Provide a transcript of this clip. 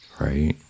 right